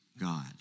God